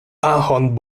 ahorn